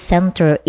Center